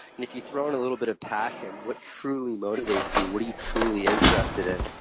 and if you throw in a little bit of passion what truly motivates you? what are you truly interested in?